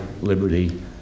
liberty